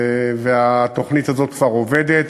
והתוכנית הזו כבר עובדת,